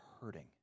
hurting